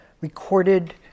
recorded